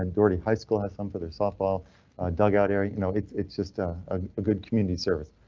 and dirty high school has some for their softball dugout area. you know it's it's just a ah ah good community service.